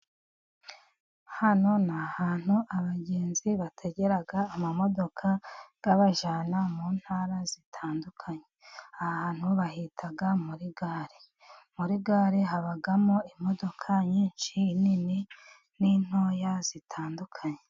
Hano ni ahantu abagenzi batagera amamodoka ababajyana mu ntara zitandukanye, ahantu bahita muri gare, muri gare habamo imodoka nyinshi nini n'intoya zitandukanye.